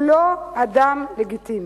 הוא לא אדם לגיטימי.